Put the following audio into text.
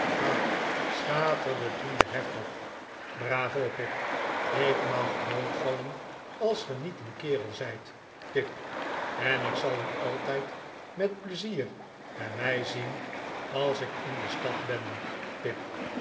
schaterde toen de hertog bravo pip ik mag doodvallen als ge niet een kerel zijt pip en ik zal u altijd met pleizier bij mij zien als ik in de stad ben pip